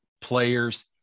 players